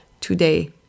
today